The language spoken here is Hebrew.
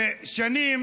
שנים